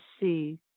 see